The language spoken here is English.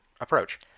approach